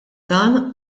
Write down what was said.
dan